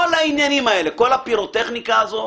כל העניינים האלה, כל הפירוטכניקה הזו